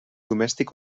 domèstic